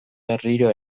berriro